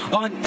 on